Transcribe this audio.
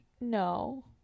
no